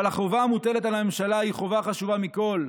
אבל החובה המוטלת על הממשלה היא חובה חשובה מכול,